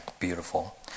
beautiful